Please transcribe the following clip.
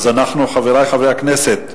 חברי חברי הכנסת,